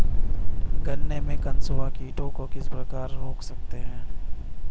गन्ने में कंसुआ कीटों को किस प्रकार रोक सकते हैं?